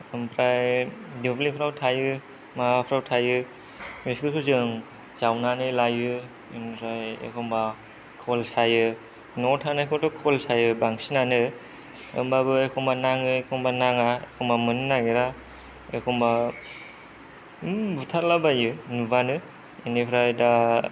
ओमफ्राय दुब्लिफोराव थायो माबाफोराव थायो बेसोरखौ जों जावनानै लायो ओमफ्राय एखम्बा खल सायो नआव थानायखौथ' खल सायो बांसिनानो ओम्बाबो एखम्बा नाङो एखम्बा नाङा एखम्बा मोन्नो नागिरा एखम्बा बुथारलाबायो नुबानो एनिफ्राय दा